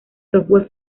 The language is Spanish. software